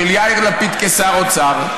של יאיר לפיד כשר האוצר,